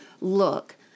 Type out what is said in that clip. look